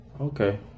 Okay